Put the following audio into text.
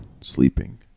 sleeping